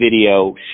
video